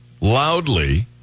loudly